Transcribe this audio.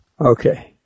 okay